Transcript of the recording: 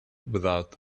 without